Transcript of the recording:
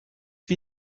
wie